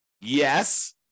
Yes